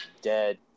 dead